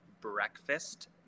breakfast